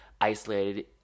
isolated